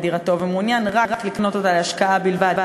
דירתו ומעוניין רק לקנות אותה להשקעה בלבד,